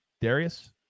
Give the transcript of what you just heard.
Darius